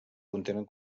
contenen